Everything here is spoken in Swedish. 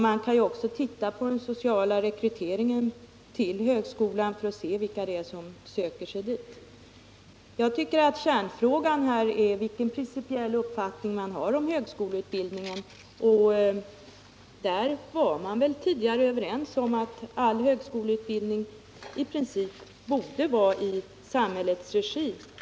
Man kan ju titta på den sociala rekryteringen till högskolan för att se vilka som söker sig dit. Kärnfrågan här är vilken principiell uppfattning man har om högskoleutbildningen. Där var man väl tidigare överens om att all högskoleutbildning i princip borde vara i samhällets regi.